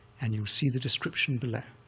and you'll see the description below.